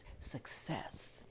success